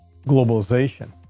globalization